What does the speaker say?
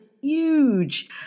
huge